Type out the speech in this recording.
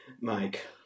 Mike